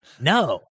No